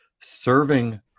serving